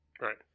Right